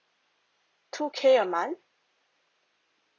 two k a month